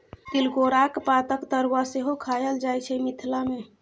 तिलकोराक पातक तरुआ सेहो खएल जाइ छै मिथिला मे